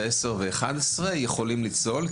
עשר ו-11 יכולים לצלול.